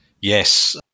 Yes